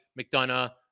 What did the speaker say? McDonough